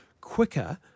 quicker